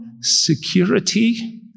security